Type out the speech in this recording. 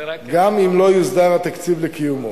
גם אם לא יוסדר התקציב לקיומו.